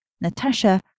Natasha